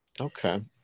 Okay